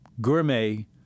gourmet